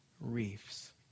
reefs